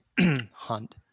hunt